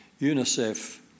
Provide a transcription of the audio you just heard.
UNICEF